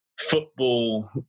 football